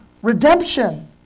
redemption